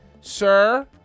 sir